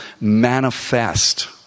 manifest